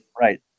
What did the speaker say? Right